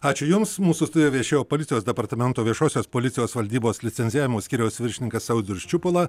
ačiū jums mūsų studijoj viešėjo policijos departamento viešosios policijos valdybos licencijavimo skyriaus viršininkas audrius čiupala